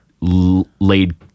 laid